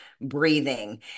breathing